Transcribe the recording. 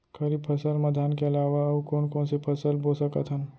खरीफ फसल मा धान के अलावा अऊ कोन कोन से फसल बो सकत हन?